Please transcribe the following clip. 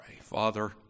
Father